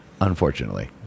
unfortunately